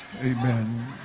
Amen